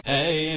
Hey